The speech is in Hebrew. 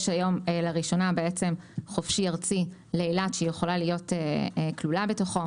יש היום לראשונה חופשי-ארצי לאילת שהיא יכולה להיות כלולה בתוכו.